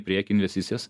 priekį investicijas